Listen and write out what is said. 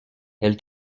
elle